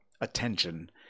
attention